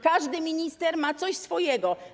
Każdy minister ma coś swojego.